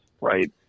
right